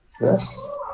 Yes